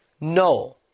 no